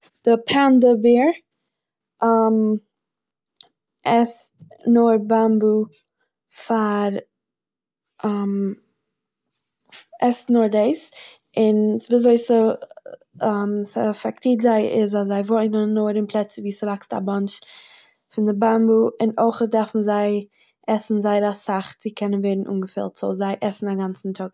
די פענדא בעיר עסט נאר בעמבויא פאר עסט נאר דעס, און וויזוי ס'עפעקטירט זיי איז אז זיי וואוינען נאר אין פלעצער ווי ס'וואקסט א באנטש פון די בעמבויא און אויכעט דארפן זיי עסן זייער אסאך צו קענען ווערן אנגעפילט, סאוי זיי עסן א גאנצן טאג.